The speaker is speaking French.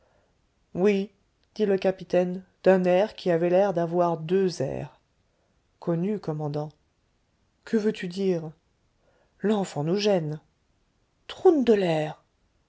oui dit le capitaine d'un air qui avait l'air d'avoir deux airs connu commandant que veux-tu dire l'enfant nous gêne troun de l'air